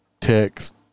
text